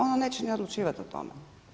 Ono neće niti odlučivati o tome.